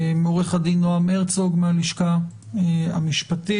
עורך הדין נעם הרצוג מהלשכה המשפטים,